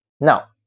now